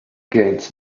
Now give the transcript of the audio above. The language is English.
gains